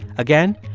again,